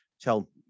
tell